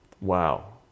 Wow